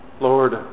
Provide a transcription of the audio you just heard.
Lord